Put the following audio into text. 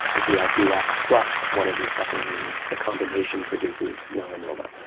if you add braf plus one of these second genes, the combination produces melanoma.